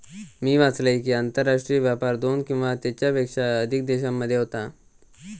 मी वाचलंय कि, आंतरराष्ट्रीय व्यापार दोन किंवा त्येच्यापेक्षा अधिक देशांमध्ये होता